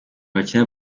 bakina